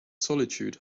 solitude